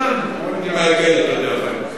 פסיק 2. 2, אני מעגל, אתה יודע, חיים,